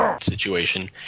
situation